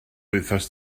wythnos